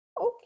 okay